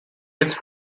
its